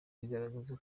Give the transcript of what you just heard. bigaragaza